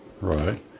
Right